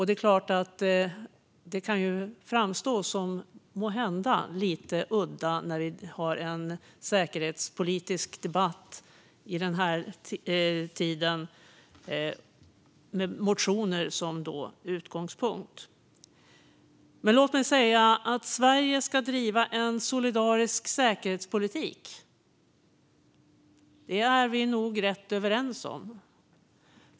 Det kan måhända framstå som lite udda att vi i denna tid har en säkerhetspolitisk debatt med motioner som utgångspunkt. Att Sverige ska driva en solidarisk säkerhetspolitik är vi nog rätt överens om.